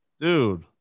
dude